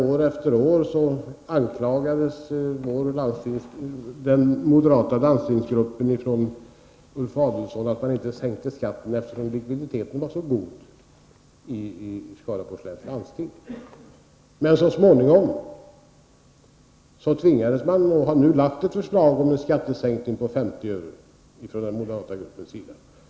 År efter år anklagades landstingsgruppen av Ulf Adelsohn för att man inte sänkte skatten när likviditeten var så god i Skaraborgs läns landsting. Nu har den moderata gruppen tvingats lägga fram ett förslag om en skattesänkning på 50 öre.